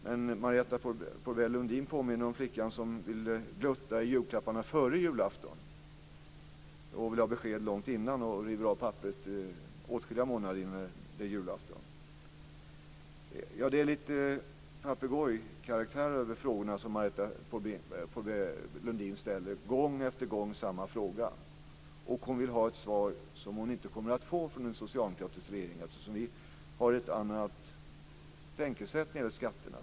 Men Marietta de Pourbaix-Lundin påminner om flickan som ville kika i julklapparna före julafton. Hon vill ha besked långt innan och river av papperet åtskilliga månader före julafton. Det är lite av papegojkaraktär över frågorna som Marietta de Pourbaix-Lundin ställer. Det är gång efter gång samma frågor. Och hon vill ha ett svar som hon inte kommer att få av den socialdemokratiska regeringen eftersom vi har ett annat tankesätt när det gäller skatterna.